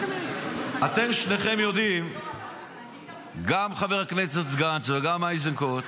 אתם שניכם יודעים, גם חבר הכסת גנץ וגם איזנקוט,